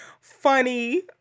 funny